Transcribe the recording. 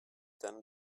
than